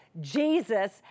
Jesus